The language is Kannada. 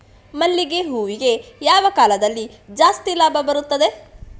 ಮಲ್ಲಿಗೆ ಹೂವಿಗೆ ಯಾವ ಕಾಲದಲ್ಲಿ ಜಾಸ್ತಿ ಲಾಭ ಬರುತ್ತದೆ?